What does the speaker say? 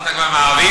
התחלת כבר עם הערבים?